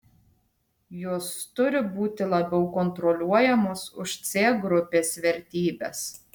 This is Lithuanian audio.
jos turi būti labiau kontroliuojamos už c grupės vertybes